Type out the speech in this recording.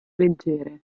leggere